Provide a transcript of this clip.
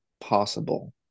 possible